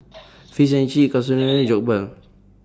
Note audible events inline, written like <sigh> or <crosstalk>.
Fish and Chips Katsudon and <noise> Jokbal